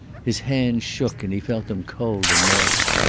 his hands shook, and he felt them cold and moist.